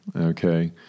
okay